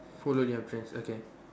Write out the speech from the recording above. follow your dreams okay